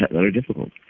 that are difficult,